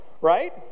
right